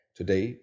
today